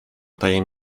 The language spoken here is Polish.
tajem